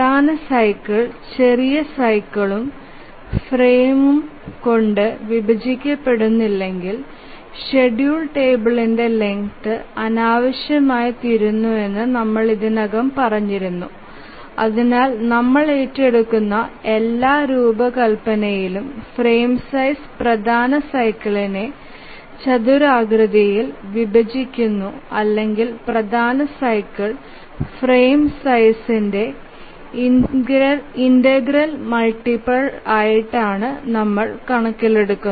പ്രധാന സൈക്കിൾ ചെറിയ സൈക്കിൾഉം ഫ്രെയിമും കൊണ്ട് വിഭജിക്കപ്പെടുന്നില്ലെങ്കിൽ ഷെഡ്യൂൾ ടേബിൾന്ടെ ലെങ്ത് അനാവശ്യമായിത്തീരുമെന്ന് നമ്മൾ ഇതിനകം പറഞ്ഞിരുന്നു അതിനാൽ നമ്മൾ ഏറ്റെടുക്കുന്ന എല്ലാ രൂപകൽപ്പനയിലും ഫ്രെയിം സൈസ് പ്രധാന സൈക്കിളിനെ ചതുരാകൃതിയിൽ വിഭജിക്കുന്നു അല്ലെങ്കിൽ പ്രധാന സൈക്കിൾ ഫ്രെയിം സൈസ്ന്ടെ ഇന്റഗ്രൽ മൾട്ടിപിൽ ആണ്